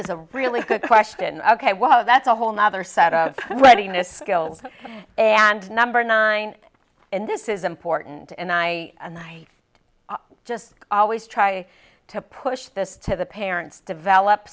is a really good question ok wow that's a whole nother set of readiness and number nine and this is important and i and i just always try to push this to the parents develop